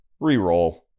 Reroll